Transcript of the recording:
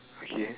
okay